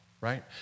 right